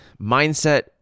mindset